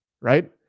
right